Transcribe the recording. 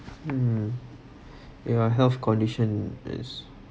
um it will health condition yes